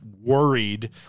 worried